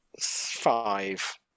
Five